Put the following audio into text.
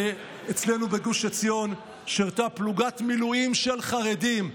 אצלנו בגוש עציון שירתה פלוגת מילואים של חרדים.